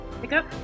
pickup